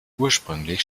ursprünglich